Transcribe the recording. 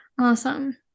Awesome